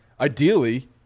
ideally